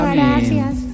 gracias